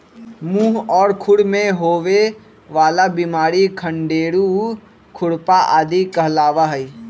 मुह और खुर में होवे वाला बिमारी खंडेरू, खुरपा आदि कहलावा हई